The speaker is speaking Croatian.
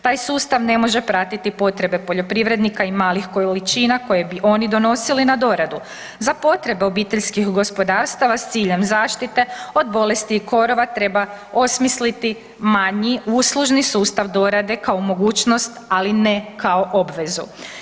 Taj sustav ne može pratiti potrebe poljoprivrednika i malih količina koje bi oni donosili na doradu, za potrebe obiteljskih gospodarstava s ciljem zaštite od bolesti i korova treba osmisliti manji uslužni sustav dorade kao mogućnost, ali ne kao obvezu.